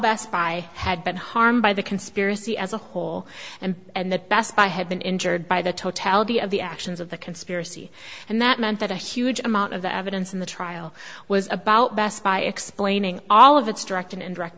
best buy had been harmed by the conspiracy as a whole and best buy had been injured by the totality of the actions of the conspiracy and that meant that a huge amount of the evidence in the trial was about best by explaining all of its direct and indirect